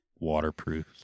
waterproof